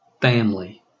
family